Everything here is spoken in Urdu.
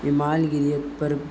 عمال گریت پر